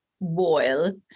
boil